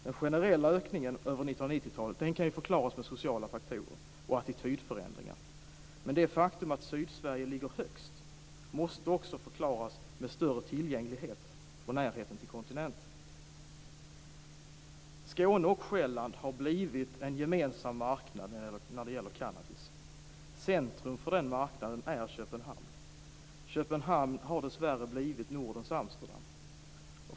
Den generella ökningen under 1990-talet kan förklaras med sociala faktorer och attitydförändringar, men det faktum att Sydsverige ligger högst måste också förklaras med större tillgänglighet och närheten till kontinenten. Skåne och Själland har blivit en gemensam marknad när det gäller cannabis. Centrum för den marknaden är Köpenhamn. Köpenhamn har dessvärre blivit Nordens Amsterdam.